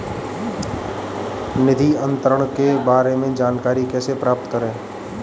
निधि अंतरण के बारे में जानकारी कैसे प्राप्त करें?